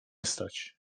stać